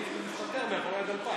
והיא יורדת מסדר-יומה של הכנסת.